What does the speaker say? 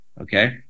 Okay